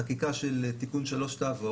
החקיקה של תיקון 3 תעבור,